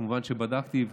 כמובן שבדקתי,